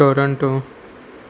Toronto